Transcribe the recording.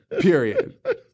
Period